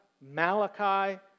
Malachi